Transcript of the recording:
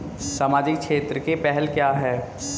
सामाजिक क्षेत्र की पहल क्या हैं?